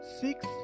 six